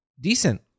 decent